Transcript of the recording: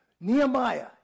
Nehemiah